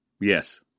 Yes